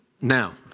Now